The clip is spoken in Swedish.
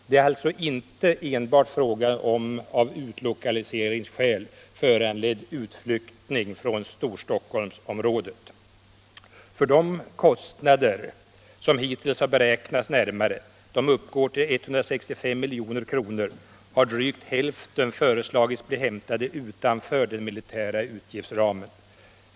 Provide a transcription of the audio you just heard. Det är alltså inte enbart fråga om av utlokaliseringsskäl föranledd utflyttning från Storstockholmsområdet. Av de kostnader som hittills har beräknats närmare — de uppgår till 165 milj.kr. — har drygt hälften föreslagits bli hämtade utanför den militära utgiftsramen.